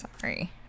Sorry